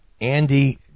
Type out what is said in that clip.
Andy